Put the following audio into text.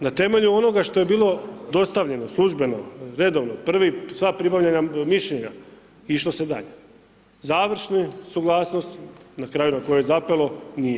Na temelju onoga što je bilo dostavljeno službeno, redovno, prvi, sva pribavljena mišljenje, išlo se dalje, završne suglasnost na kraju na kojoj je zapelo, nije.